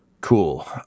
Cool